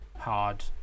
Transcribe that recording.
hard